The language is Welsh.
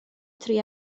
tri